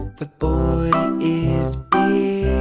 the boy is